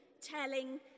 telling